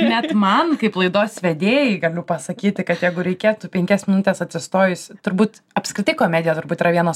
netgi man kaip laidos vedėjai galiu pasakyti kad jeigu reikėtų penkias minutes atsistojus turbūt apskritai komedija turbūt yra vienas